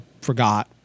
forgot